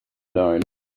known